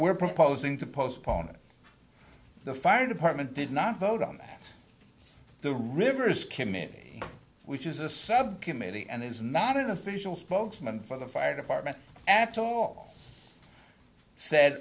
we're proposing to postpone it the fire department did not vote on the rivers committee which is a subcommittee and is not an official spokesman for the fire department after all said